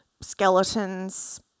skeletons